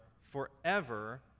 forever